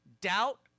Doubt